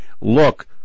look